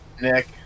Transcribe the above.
Nick